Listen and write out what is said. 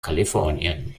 kalifornien